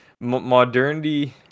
modernity